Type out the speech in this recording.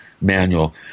manual